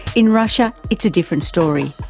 in russia it's a different story.